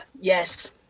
Yes